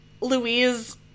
Louise